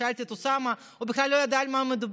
שאלתי את אוסאמה, הוא בכלל לא יודע על מה מדובר.